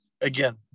Again